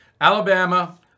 Alabama